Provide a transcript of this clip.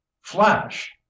Flash